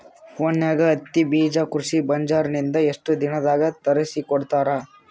ಫೋನ್ಯಾಗ ಹತ್ತಿ ಬೀಜಾ ಕೃಷಿ ಬಜಾರ ನಿಂದ ಎಷ್ಟ ದಿನದಾಗ ತರಸಿಕೋಡತಾರ?